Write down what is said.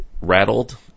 rattled